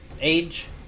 age